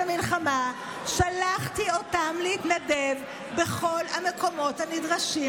המלחמה שלחתי אותם להתנדב בכל המקומות הנדרשים,